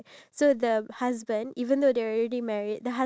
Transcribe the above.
to really like fall in love all over again